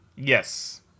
Yes